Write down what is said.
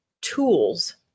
tools